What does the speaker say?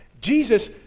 Jesus